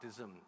autism